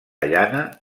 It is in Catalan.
llana